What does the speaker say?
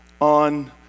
on